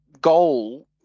goal